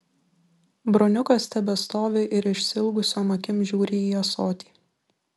broniukas tebestovi ir išsiilgusiom akim žiūri į ąsotį